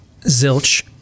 Zilch